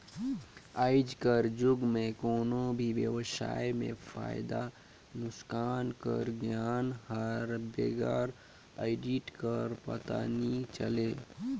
आएज कर जुग में कोनो भी बेवसाय में फयदा नोसकान कर गियान हर बिगर आडिट कर पता नी चले